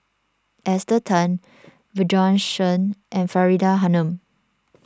Esther Tan Bjorn Shen and Faridah Hanum